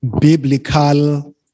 biblical